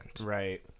right